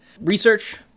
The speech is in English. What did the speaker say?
research